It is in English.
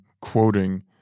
quoting